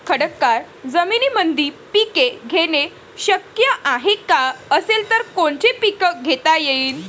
खडकाळ जमीनीमंदी पिके घेणे शक्य हाये का? असेल तर कोनचे पीक घेता येईन?